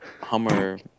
Hummer